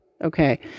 Okay